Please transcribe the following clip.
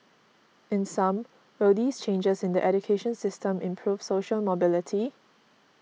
in sum will these changes in the education system improve social mobility